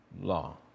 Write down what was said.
law